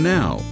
now